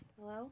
Hello